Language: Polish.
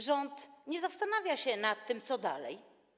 Rząd nie zastanawia się nad tym, co dalej.